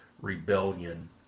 rebellion